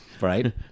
Right